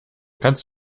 kannst